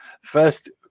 first